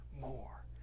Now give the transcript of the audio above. more